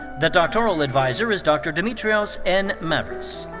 the doctoral adviser is dr. dimitrios n. mavris.